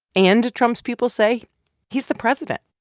and trump's people say he's the president.